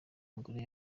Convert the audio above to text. mugore